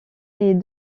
est